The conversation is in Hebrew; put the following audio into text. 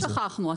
זה לא ששכחנו.